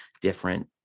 different